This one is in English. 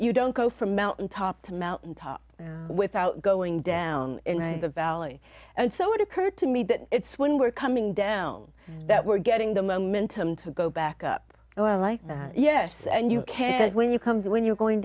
you don't go from mountaintop to mountaintop without going down in the valley and so it occurred to me that it's when we're coming down that we're getting the momentum to go back up well like that yes and you can when you come when you're going